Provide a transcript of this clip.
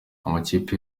amakipe